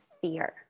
fear